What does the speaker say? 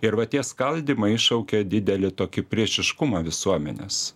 ir va tie skaldymai iššaukia didelį tokį priešiškumą visuomenės